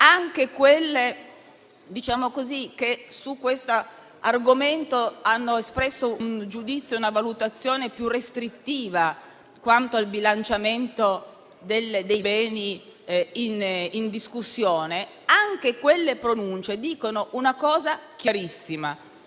anche quelle che su questo argomento hanno espresso un giudizio e una valutazione più restrittiva quanto al bilanciamento dei beni in discussione, lasciano emergere un concetto chiarissimo: